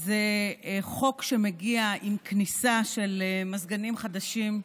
זה חוק שמגיע עם כניסה של מזגנים חדשים,